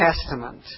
Testament